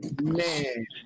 Man